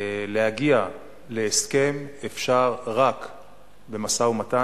להגיע להסכם, אפשר רק במשא-ומתן,